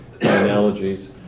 analogies